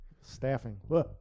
staffing